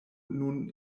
nun